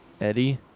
Eddie